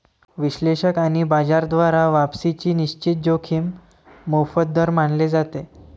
विश्लेषक आणि बाजार द्वारा वापसीची निश्चित जोखीम मोफत दर मानले जाते